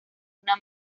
una